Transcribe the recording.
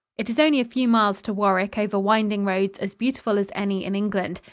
it is only a few miles to warwick over winding roads as beautiful as any in england.